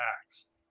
acts